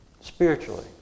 spiritually